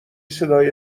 صدای